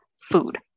food